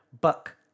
Buck